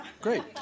Great